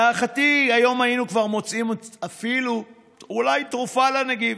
להערכתי, היום היינו כבר מוצאים אולי תרופה לנגיף.